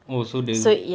oh so the